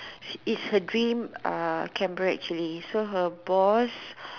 it's her dream uh camera actually so her boss